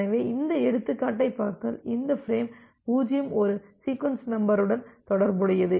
எனவே இந்த எடுத்துக்காட்டைப் பார்த்தால் இந்த ஃபிரேம் 0 ஒரு சீக்வென்ஸ் நம்பருடன் தொடர்புடையது